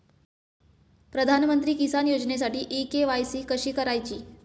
प्रधानमंत्री किसान योजनेसाठी इ के.वाय.सी कशी करायची?